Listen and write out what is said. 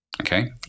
okay